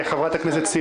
בבקשה.